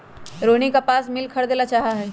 रोहिनी कपास मिल खरीदे ला चाहा हई